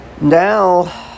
now